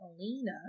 Alina